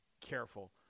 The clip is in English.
careful